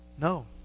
No